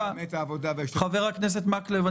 חבר הכנסת מקלב,